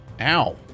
ow